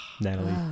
Natalie